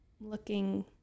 looking